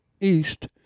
east